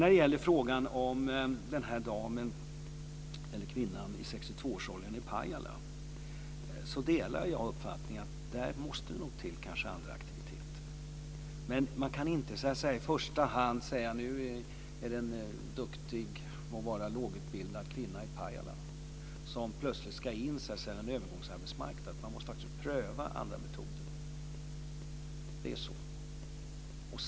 När det gäller frågan om damen i 62-årsåldern i Pajala så delar jag uppfattningen att där måste det kanske till andra aktiviteter. Men man kan inte i första hand säga att nu ska en duktig, må vara lågutbildad, kvinna i Pajala plötsligt in på en övergångsarbetsmarknad. Man måste pröva andra metoder också.